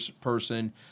person